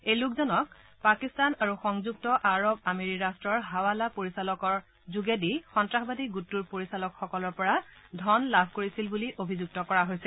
এই লোকজনক পাকিস্তান আৰু সংযুক্ত আৰৱ আমিৰি ৰাষ্টৰ হাৱালা পৰিচালকসকলৰ যোগেদি সন্তাসবাদী গোটটোক পৰিচালকসকলৰ পৰা ধন লাভ কৰিছিল বুলি অভিযুক্ত কৰা হৈছে